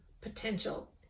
potential